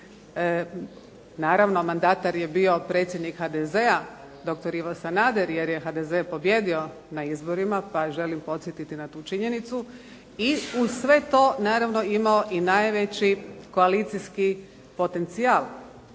naravno mandata jer je bio predsjednik HDZ-a doktor Ivo Sanader, jer je HDZ pobijedio na izborima, pa želim podsjetiti na tu činjenicu i uz sve to naravno imao i najveći koalicijski potencijal,